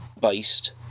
based